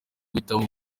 guhitamo